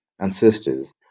ancestors